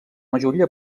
majoria